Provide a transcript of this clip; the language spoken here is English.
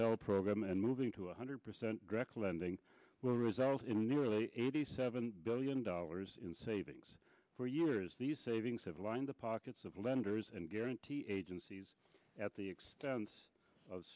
sell program and moving to one hundred percent direct lending will result in nearly eighty seven billion dollars in savings for years these savings have lined the pockets of lenders and guarantee agencies at the expense of